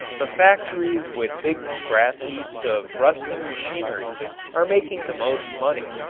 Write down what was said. the factories with big scrap-heaps of rusting machinery are making the most money.